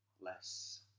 less